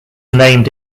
named